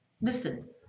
Listen